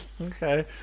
Okay